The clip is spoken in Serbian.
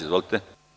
Izvolite.